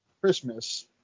Christmas